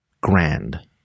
Grand